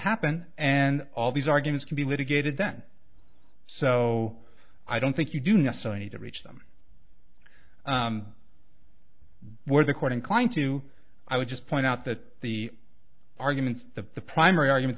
happen and all these arguments can be litigated then so i don't think you do necessarily need to reach them were the court inclined to i would just point out that the arguments that the primary argument